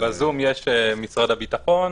בזום יש נציגי משרד הביטחון,